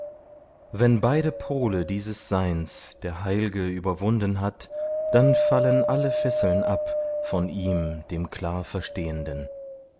wenn beide pole dieses seins der heil'ge überwunden hat dann fallen alle fesseln ab von ihm dem klar